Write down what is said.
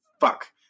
Fuck